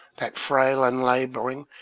that frail and labour ing,